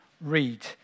read